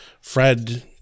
Fred